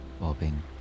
bobbing